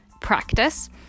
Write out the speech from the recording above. practice